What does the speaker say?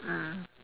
mm